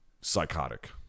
psychotic